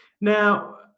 Now